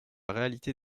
réalité